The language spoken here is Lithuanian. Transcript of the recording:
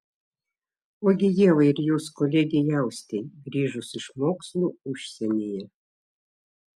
ogi ievai ir jos kolegei austei grįžus iš mokslų užsienyje